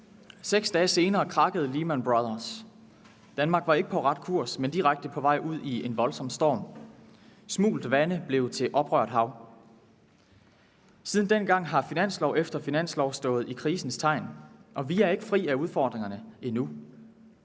6 dage senere krakkede Lehman Brothers. Danmark var ikke på ret kurs, men på vej direkte ud i en voldsom storm. Smult vande blev til oprørt hav. Siden dengang har finanslov efter finanslov stået i krisens tegn, og vi er ikke fri af udfordringerne endnu.